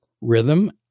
rhythm